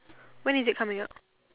when is it coming out